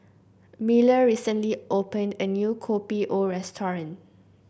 Miller recently opened a new Kopi O restaurant